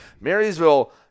Marysville